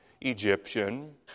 Egyptian